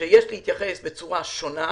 שיש להתייחס בצורה שונה,